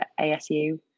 ASU